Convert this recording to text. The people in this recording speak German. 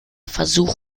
versuch